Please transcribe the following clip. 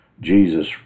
Jesus